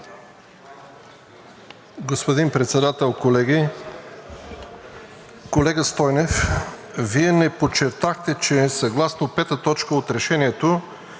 Господин Председател, колеги! Колега Стойнев, Вие не подчертахте, че съгласно пета точка от Решението,